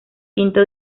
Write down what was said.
quinto